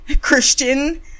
Christian